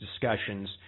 discussions